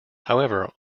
however